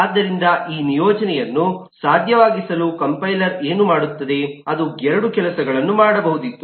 ಆದ್ದರಿಂದ ಈ ನಿಯೋಜನೆಯನ್ನು ಸಾಧ್ಯವಾಗಿಸಲು ಕಂಪೈಲರ್ ಏನು ಮಾಡುತ್ತದೆ ಅದು 2 ಕೆಲಸಗಳನ್ನು ಮಾಡಬಹುದಿತ್ತು